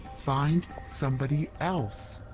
find somebody else.